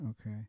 Okay